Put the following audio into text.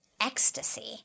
ecstasy